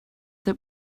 that